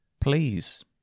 please